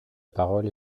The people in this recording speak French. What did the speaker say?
parole